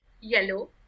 yellow